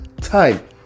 time